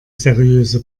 seriöse